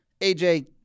AJ